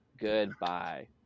goodbye